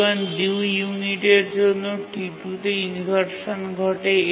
T1 ২ ইউনিটের জন্য T2 তে ইনভারশান ঘটে